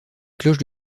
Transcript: cloches